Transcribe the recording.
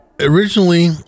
Originally